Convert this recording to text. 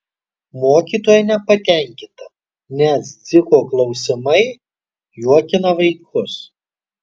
mokytoja nepatenkinta nes dziko klausimai juokina vaikus